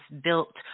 built